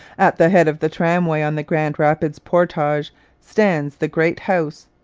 at the head of the tramway on the grand rapids portage stands the great house,